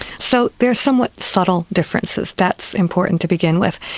so they're somewhat subtle differences that's important to begin with.